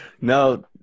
No